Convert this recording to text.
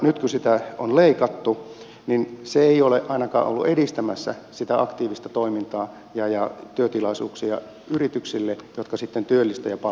nyt kun sitä on leikattu niin se ei ole ainakaan ollut edistämässä sitä aktiivista toimintaa ja työtilaisuuksia yrityksille jotka sitten työllistävät ja palkkaavat ihmisiä